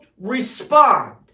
respond